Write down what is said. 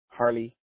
Harley